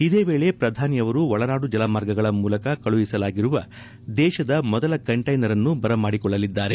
ಇದೇ ವೇಳೆ ಪ್ರಧಾನಿ ಅವರು ಒಳನಾಡು ಜಿಲಮಾರ್ಗಗಳ ಮೂಲಕ ಕಳುಹಿಸಲಾಗಿರುವ ದೇಶದ ಮೊದಲ ಕಂಟೈನರ್ಅನ್ನು ಬರಮಾಡಿಕೊಳ್ಳಲಿದ್ದಾರೆ